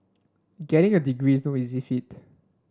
getting a degree is no easy feat